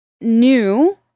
new